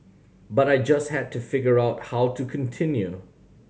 but I just had to figure out how to continue